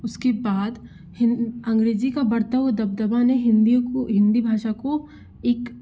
उसके बाद हिन अंग्रेज़ी का बढ़ता हुआ दबदबा ने हिन्दी को हिन्दी भाषा को एक